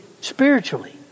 spiritually